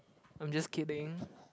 I'm just kidding